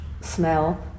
smell